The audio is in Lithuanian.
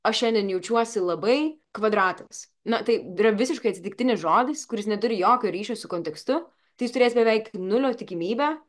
aš šiandien jaučiuosi labai kvadratas na tai yra visiškai atsitiktinis žodis kuris neturi jokio ryšio su kontekstu tai jis turės beveik nulio tikimybę